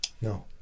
No